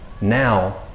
now